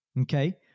okay